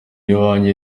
iwanjye